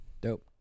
Dope